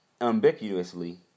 ambiguously